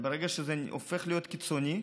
אבל ברגע שזה הופך להיות קיצוני,